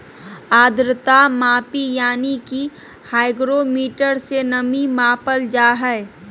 आद्रता मापी यानी कि हाइग्रोमीटर से नमी मापल जा हय